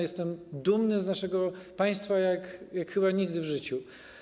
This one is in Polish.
Jestem dumny z naszego państwa jak chyba nigdy w życiu.